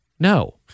No